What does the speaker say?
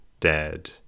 dead